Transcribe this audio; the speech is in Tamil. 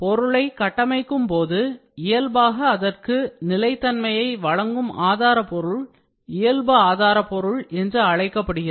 பொருளை கட்டமைக்கும் போது இயல்பாக அதற்கு நிலைத்தன்மையை வழங்கும் ஆதாரபொருள் இயல்புஆதாரபொருள் என்று அழைக்கப்படுகிறது